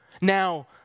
Now